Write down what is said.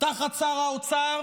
תחת שר האוצר,